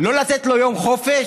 בשבוע, לא לתת לו יום חופש,